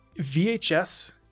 vhs